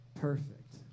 perfect